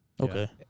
Okay